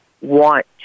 want